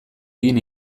egin